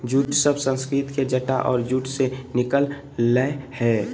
jute शब्द संस्कृत के जटा और जूट से निकल लय हें